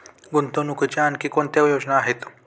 गुंतवणुकीच्या आणखी कोणत्या योजना आहेत?